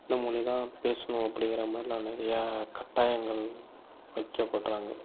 இந்த மொழி தான் பேசணும் அப்படிங்கிற மாதிரிலாம் நிறையா கட்டாயங்கள் வைக்கப்பட்றாங்க